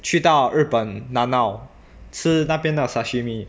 去到日本 nanao 吃那边的 sashimi